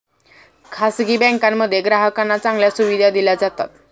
खासगी बँकांमध्ये ग्राहकांना चांगल्या सुविधा दिल्या जातात